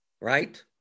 right